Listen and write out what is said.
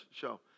show